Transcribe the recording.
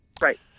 Right